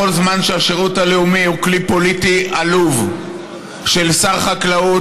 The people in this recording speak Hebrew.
כל זמן שהשירות הלאומי הוא כלי פוליטי עלוב של שר חקלאות,